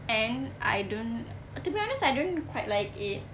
and I don't to be honest I don't quite like it